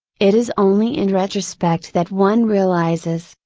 it is only in retrospect that one realizes,